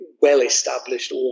well-established